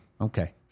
Okay